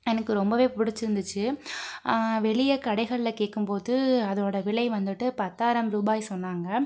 எனக்கு ரொம்பவே பிடிச்சிருந்துச்சி வெளியே கடைகள்ல கேட்கும் போது அதோடய விலை வந்துட்டு பத்தாயிரம் ரூபாய் சொன்னாங்கள்